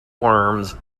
worms